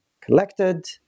collected